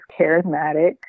charismatic